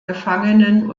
gefangenen